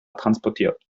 transportiert